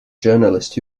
journalist